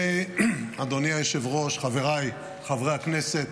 אדוני היושב-ראש, חבריי חברי הכנסת,